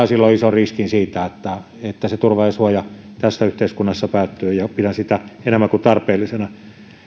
silloin ison riskin siitä että se turva ja suoja tässä yhteiskunnassa päättyy pidän sitä enemmän kuin tarpeellisena